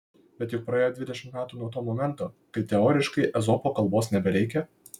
bet juk praėjo dvidešimt metų nuo to momento kai teoriškai ezopo kalbos nebereikia